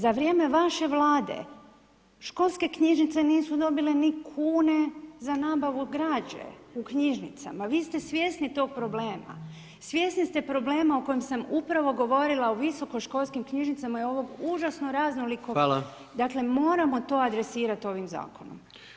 Za vrijeme vaše vlade školske knjižnice nisu dobile ni kune za nabavu građe u knjižnicama, vi ste svjesni tog problema, svjesni ste problema o kojem sam upravo govorila u visokoškolskim knjižnicama je ovo užasno raznoliko, dakle moramo to adresirat ovim zakonom.